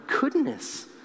goodness